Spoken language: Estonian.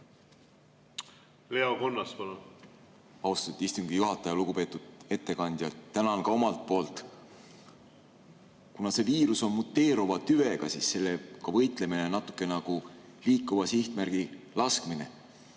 Leo Kunnas, palun! Austatud istungi juhataja! Lugupeetud ettekandja, tänan ka omalt poolt. Kuna see viirus on muteeruva tüvega, siis sellega võitlemine on natuke nagu liikuva sihtmärgi laskmine.